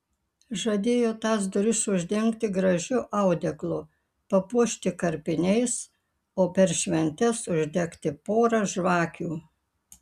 žadėjo tas duris uždengti gražiu audeklu papuošti karpiniais o per šventes uždegti porą žvakių